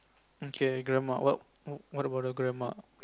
okay grandma what what about the grandma